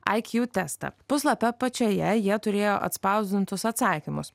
iq testą puslapio apačioje jie turėjo atspausdintus atsakymus